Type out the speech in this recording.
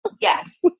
Yes